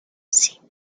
sit